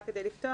רק כדי לפתוח,